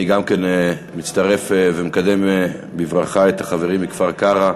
אני גם כן מצטרף ומקדם בברכה את החברים מכפר-קרע,